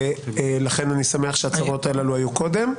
לכן אני שמח שההצהרות האלה היו קודם.